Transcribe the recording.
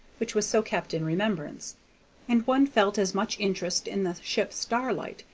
which was so kept in remembrance and one felt as much interest in the ship starlight,